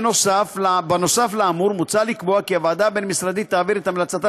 נוסף על האמור מוצע לקבוע כי הוועדה הבין-משרדית תעביר את המלצתה